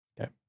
Okay